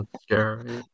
scary